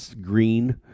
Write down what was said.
green